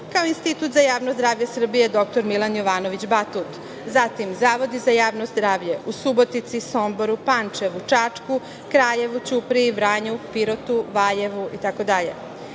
kao i Institut za javno zdravlje „Dr Milan Jovanovi Batut“, zatim zavodi za javno zdravlje u Subotici, Somboru, Pančevu, Čačku, Kraljevu, Ćupriji, Vranju, Pirotu, Valjevu itd.